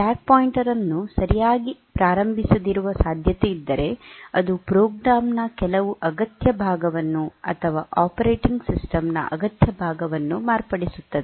stack pointer ಅನ್ನು ಸರಿಯಾಗಿ ಪ್ರಾರಂಭಿಸದಿರುವ ಸಾಧ್ಯತೆಯಿದ್ದರೆ ಅದು ಪ್ರೋಗ್ರಾಂ ನ ಕೆಲವು ಅಗತ್ಯ ಭಾಗವನ್ನು ಅಥವಾ ಆಪರೇಟಿಂಗ್ ಸಿಸ್ಟಂ ನ ಅಗತ್ಯ ಭಾಗವನ್ನು ಮಾರ್ಪಡಿಸುತ್ತದೆ